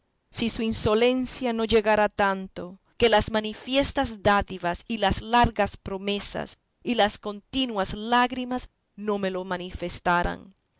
si su insolencia no llegara a tanto que las manifiestas dádivas y las largas promesas y las continuas lágrimas no me lo manifestaran